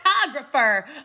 photographer